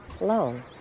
alone